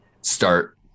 start